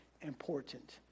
important